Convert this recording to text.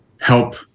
help